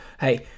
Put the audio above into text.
hey